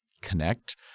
connect